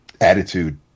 attitude